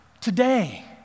today